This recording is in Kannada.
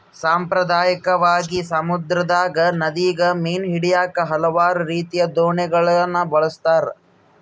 ಸಾಂಪ್ರದಾಯಿಕವಾಗಿ, ಸಮುದ್ರದಗ, ನದಿಗ ಮೀನು ಹಿಡಿಯಾಕ ಹಲವಾರು ರೀತಿಯ ದೋಣಿಗಳನ್ನ ಬಳಸ್ತಾರ